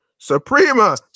Suprema